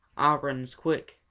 ah runs quick!